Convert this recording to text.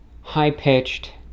high-pitched